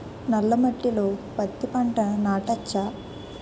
నల్ల మట్టిలో పత్తి పంట నాటచ్చా?